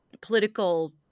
political